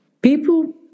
People